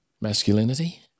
masculinity